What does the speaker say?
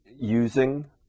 using